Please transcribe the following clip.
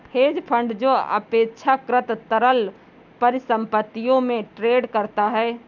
hedge fund जो अपेक्षाकृत तरल परिसंपत्तियों में ट्रेड करता है